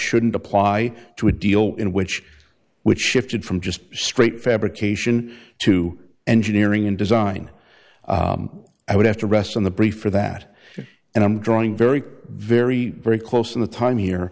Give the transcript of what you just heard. shouldn't apply to a deal in which which shifted from just straight fabrication to engineering and design i would have to rest on the brief for that and i'm drawing very very very close in the time here